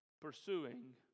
pursuing